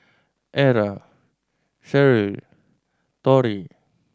Era Cheryll Torrie